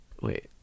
wait